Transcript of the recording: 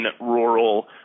rural